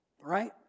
Right